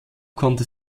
konnte